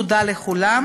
תודה לכולם,